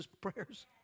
prayers